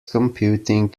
computing